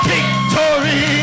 Victory